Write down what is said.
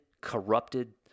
corrupted